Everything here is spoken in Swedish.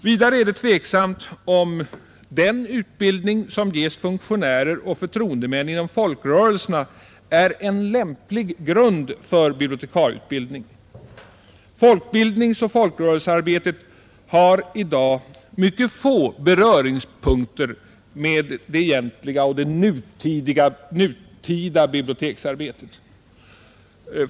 Vidare är det tveksamt om den utbildning som ges funktionärer och förtroendemän inom folkrörelserna är en lämplig grund för bibliotekarie utbildning. Folkbildningsoch folkrörelsearbetet har i dag mycket få beröringspunkter med det egentliga, nutida biblioteksarbetet.